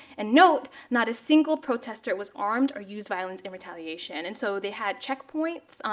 and note, not a single protester was armed or used violence in retaliation. and so they had checkpoints